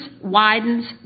widens